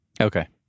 Okay